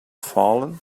fallen